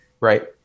right